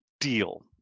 deal